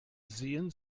sehen